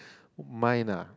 mine ah